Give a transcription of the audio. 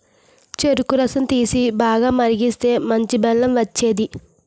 చెరుకు రసం తీసి, బాగా మరిగిస్తేనే మంచి బెల్లం వచ్చేది